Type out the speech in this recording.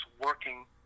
working